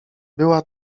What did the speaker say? była